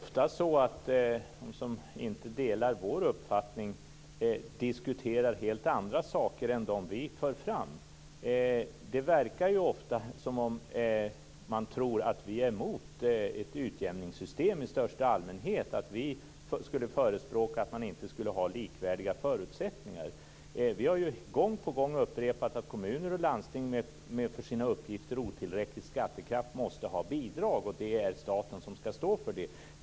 Fru talman! Det är ofta så att de som inte delar vår uppfattning diskuterar helt andra saker än de saker som vi för fram. Det verkar ju ofta som om man tror att vi är emot ett utjämningssystem i största allmänhet, att vi skulle förespråka att man inte skulle ha likvärdiga förutsättningar. Vi har ju gång på gång upprepat att kommuner och landsting med för sina uppgifter otillräcklig skattekraft måste ha bidrag. Och det är staten som ska stå för det.